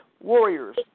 Warriors